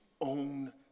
own